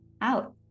out